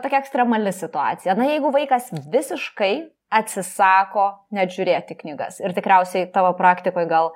tokia ekstremali situacija na jeigu vaikas visiškai atsisako net žiūrėt į knygas ir tikriausiai tavo praktikoj gal